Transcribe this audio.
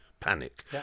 Panic